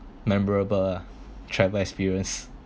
memorable ah travel experience